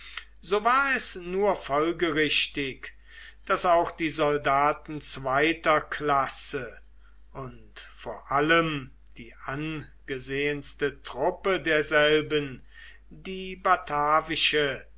so war es nur folgerichtig daß auch die soldaten zweiter klasse und vor allem die angesehenste truppe derselben die